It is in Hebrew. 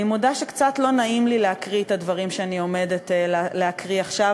אני מודה שקצת לא נעים לי להקריא את הדברים שאני עומדת להקריא עכשיו,